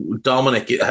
Dominic